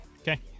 okay